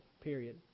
period